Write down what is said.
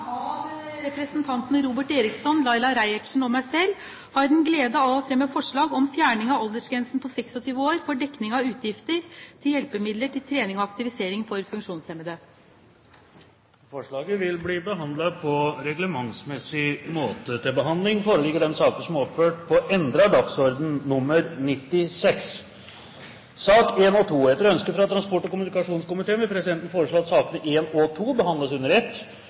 Representanten Vigdis Giltun vil framsette et representantforslag. På vegne av representantene Robert Eriksson, Laila Maria Reiertsen og meg selv har jeg den glede å fremme forslag om fjerning av aldersgrensen på 26 år for dekning av utgifter til hjelpemidler til trening og aktivisering for funksjonshemmede. Forslaget vil bli behandlet på reglementsmessig måte. Etter ønske fra transport- og kommunikasjonskomiteen vil presidenten foreslå at sakene nr. 1 og 2 behandles under ett